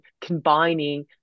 combining